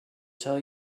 tell